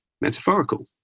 metaphorical